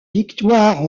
victoire